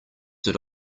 did